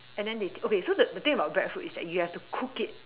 and then they okay so the the thing about breadfruit is that you have to cook it